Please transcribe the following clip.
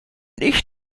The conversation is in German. ich